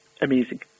amazing